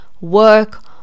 work